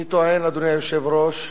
אני טוען, אדוני היושב-ראש,